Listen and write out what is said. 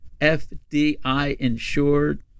FDI-insured